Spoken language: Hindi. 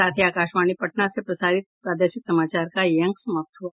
इसके साथ ही आकाशवाणी पटना से प्रसारित प्रादेशिक समाचार का ये अंक समाप्त हुआ